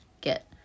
get